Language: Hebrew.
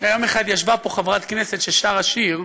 יום אחד ישבה פה חברת כנסת ששרה שיר,